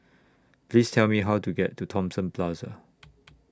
Please Tell Me How to get to Thomson Plaza